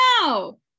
No